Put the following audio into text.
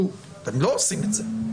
אתם לא עושים את זה.